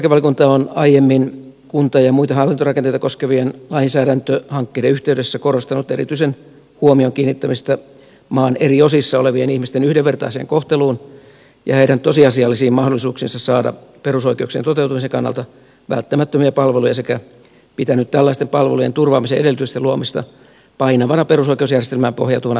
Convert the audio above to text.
perustuslakivaliokunta on aiemmin kunta ja muita hallintorakenteita koskevien lainsäädäntöhankkeiden yhteydessä korostanut erityisen huomion kiinnittämistä maan eri osissa olevien ihmisten yhdenvertaiseen kohteluun ja heidän tosiasiallisiin mahdollisuuksiinsa saada perusoikeuksien toteutumisen kannalta välttämättömiä palveluja sekä pitänyt tällaisten palvelujen turvaamisen edellytysten luomista painavana perusoikeusjärjestelmään pohjautuvana perusteena sääntelylle